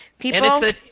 People